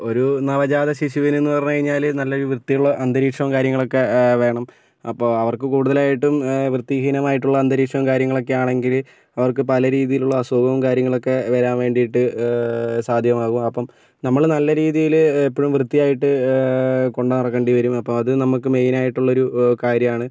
ഒരു നവജാത ശിശുവിന് എന്ന് പറഞ്ഞു കഴിഞ്ഞാൽ നല്ല ഒരു വൃത്തിയുള്ള അന്തരീക്ഷവും കാര്യങ്ങളൊക്കെ വേണം അപ്പോൾ അവർക്ക് കൂടുതലായിട്ടും വൃത്തിഹീനം ആയിട്ടുള്ള അന്തരീക്ഷവും കാര്യങ്ങളൊക്കെ ആണെങ്കിൽ അവർക്ക് പല രീതിയിലുള്ള അസുഖവും കാര്യങ്ങളും ഒക്കെ വരാന് വേണ്ടീട്ട് സാധ്യമാകും അപ്പം നമ്മൾ നല്ല രീതിയിൽ എപ്പോഴും വൃത്തിയായിട്ട് കൊണ്ടു നടക്കേണ്ടി വരും അപ്പം അത് നമ്മൾക്ക് മെയിനായിട്ടുള്ളൊരു കാര്യമാണ്